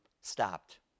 stopped